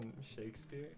Shakespeare